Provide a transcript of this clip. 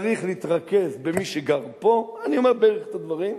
צריך להתרכז במי שגר פה, אני אומר בערך את הדברים,